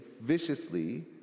viciously